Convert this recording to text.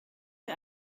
ihr